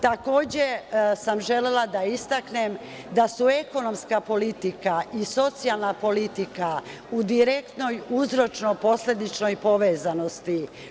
Takođe, želela sam da istaknem da su ekonomska politika i socijalna politika u direktnoj uzročno posledičnoj povezanosti.